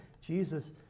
Jesus